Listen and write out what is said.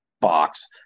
box